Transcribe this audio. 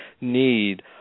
need